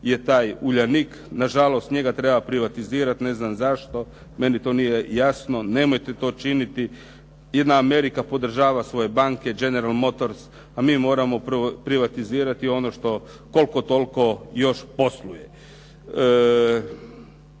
je taj "Uljanik". Nažalost, njega treba privatizirat, ne znam zašto, meni to nije jasno, nemojte to činiti. Jedna Amerika podržava svoje banke, General Motors, a mi moramo privatizirati ono što koliko toliko još posluje.